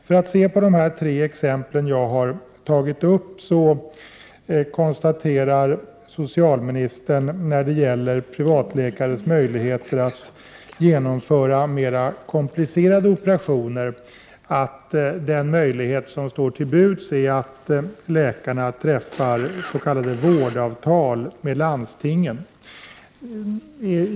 För att se på de tre exempel som jag har tagit upp så konstaterar socialministern när det gäller privatläkares möjlighet att genomföra mer komplicerade operationer att den möjlighet som står till buds är att läkarna träffar s.k. vårdavtal med landstingen.